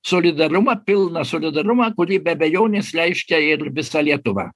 solidarumą pilną solidarumą kurį be abejonės reiškia ir visa lietuva